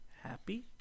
happy